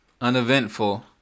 Uneventful